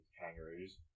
kangaroos